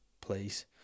please